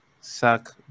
suck